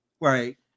right